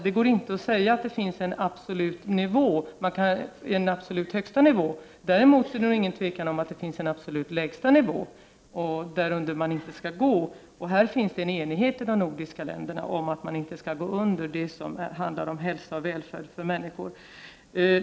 Det går inte att säga att det finns en absolut högsta nivå, däremot är det inget tvivel om att det finns en absolut lägsta nivå under vilken man inte skall gå. Här finns en enighet i de nordiska länderna om att man inte skall gå under gränsen för hälsa och välfärd för människor.